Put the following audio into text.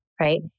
right